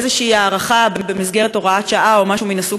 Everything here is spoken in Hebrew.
איזו הארכה במסגרת הוראת שעה או משהו מן הסוג